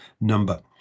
number